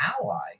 ally